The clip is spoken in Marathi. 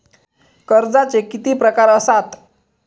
कर्जाचे किती प्रकार असात?